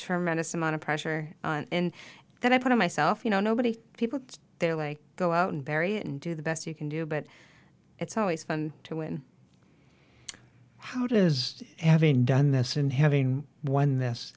tremendous amount of pressure in that i put on myself you know nobody people there like go out and bury it and do the best you can do but it's always fun to win how does having done this and having won this